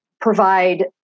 provide